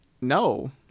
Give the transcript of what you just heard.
No